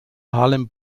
harlem